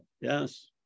Yes